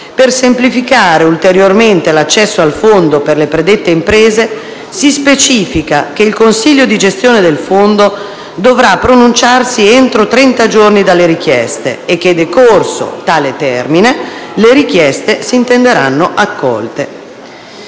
Per semplificare ulteriormente l'accesso al Fondo per le predette imprese, si specifica che il consiglio di gestione del Fondo dovrà pronunciarsi entro 30 giorni dalle richiesta e che decorso tale termine la richiesta si intende accolta.